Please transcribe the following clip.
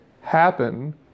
happen